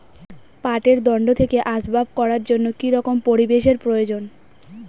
পাটের দণ্ড থেকে আসবাব করার জন্য কি রকম পরিবেশ এর প্রয়োজন?